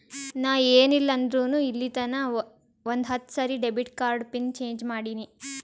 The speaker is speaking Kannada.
ನಾ ಏನ್ ಇಲ್ಲ ಅಂದುರ್ನು ಇಲ್ಲಿತನಾ ಒಂದ್ ಹತ್ತ ಸರಿ ಡೆಬಿಟ್ ಕಾರ್ಡ್ದು ಪಿನ್ ಚೇಂಜ್ ಮಾಡಿನಿ